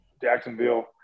Jacksonville